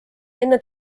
enne